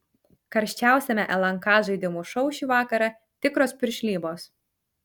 karščiausiame lnk žaidimų šou šį vakarą tikros piršlybos